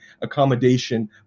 accommodation